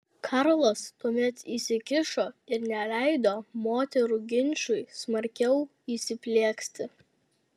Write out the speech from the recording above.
karlas tuomet įsikišo ir neleido moterų ginčui smarkiau įsiplieksti